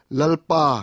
lalpa